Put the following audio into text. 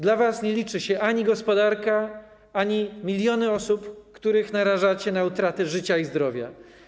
Dla was nie liczy się ani gospodarka, ani miliony osób, które narażacie na utratę życia i zdrowia.